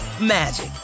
magic